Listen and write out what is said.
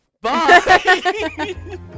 Bye